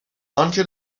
آنکه